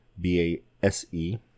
B-A-S-E